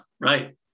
right